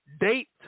date